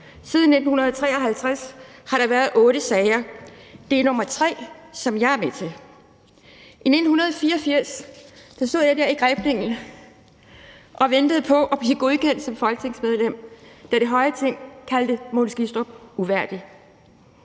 Siden 1953 har der været otte sager. Det her er den tredje, jeg er med til. I 1984 stod jeg der i Grebningen og ventede på at blive godkendt som folketingsmedlem, da det høje ting kaldte Mogens Glistrup for uværdig.